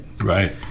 Right